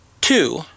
two